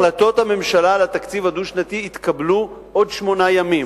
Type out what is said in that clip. החלטות הממשלה על התקציב הדו-שנתי יתקבלו בעוד שמונה ימים.